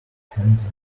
hands